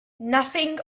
nothing